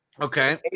Okay